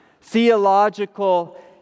theological